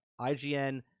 IGN